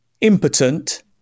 impotent